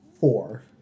four